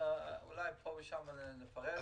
ואולי פה ושם נפרט.